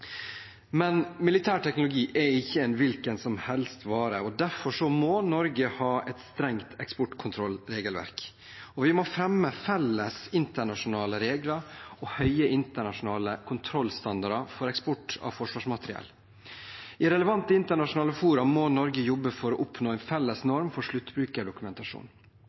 Men militærteknologi er ikke en hvilken som helst vare. Derfor må Norge ha et strengt eksportkontrollregelverk, og vi må fremme felles internasjonale regler og høye internasjonale kontrollstandarder for eksport av forsvarsmateriell. I relevante internasjonale fora må Norge jobbe for å oppnå en felles norm for